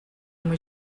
uma